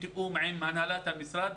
בתיאום עם הנהלת המשרד,